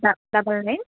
డ double nine